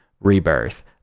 rebirth